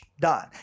done